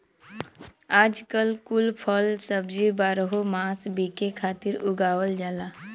आजकल कुल फल सब्जी बारहो मास बिके खातिर उगावल जाला